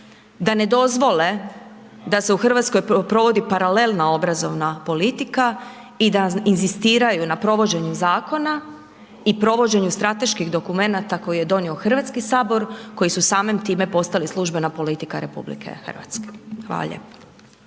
da ne dozvole da se u RH provodi paralelna obrazovna politika i da inzistiraju na provođenju zakona i provođenju strateških dokumenata koji je donio HS, koji su samim time postali službena politika RH. Hvala lijepo.